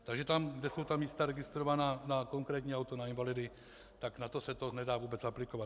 Takže tam, kde jsou místa registrována na konkrétní auto na invalidy, tak na to se to nedá vůbec aplikovat.